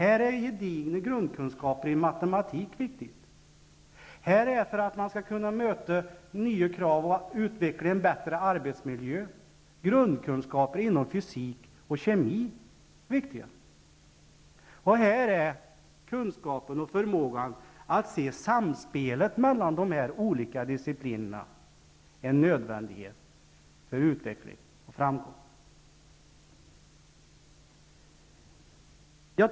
Då är gedigna grundkunskaper i matematik viktiga. För att kunna möta nya krav och utveckla en bättre arbetsmiljö är grundkunskaper inom fysik och kemi viktiga. Förmågan att se samspelet mellan olika discipliner är en nödvändighet för utveckling och framgång.